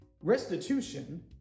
Restitution